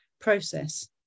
process